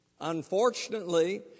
Unfortunately